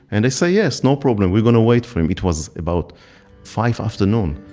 and they say, yes, no problem. we're going to wait for him. it was about five afternoon.